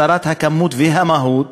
היא צרת כמות ומהות,